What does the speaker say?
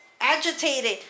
agitated